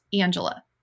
Angela